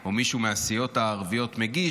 או מישהו מהסיעות הערביות מגיש,